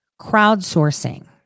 crowdsourcing